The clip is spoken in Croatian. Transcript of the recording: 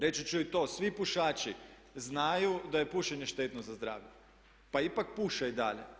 Reći ću i to svi pušači znaju da je pušenje štetno za zdravlje pa ipak puše i dalje.